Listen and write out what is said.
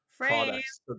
products